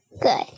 Good